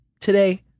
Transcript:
today